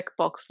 checkbox